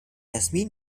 yasmin